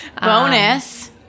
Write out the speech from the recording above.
bonus